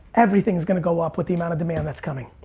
everything's gonna go up with the amount of demand that's coming.